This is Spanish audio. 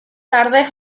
tarde